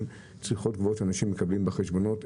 וצריכות גבוהות שאנשים מקבלים בחשבוניות,